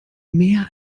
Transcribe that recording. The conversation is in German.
mehr